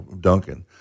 Duncan